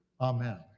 Amen